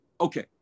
okay